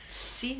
see now